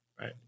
right